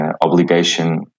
obligation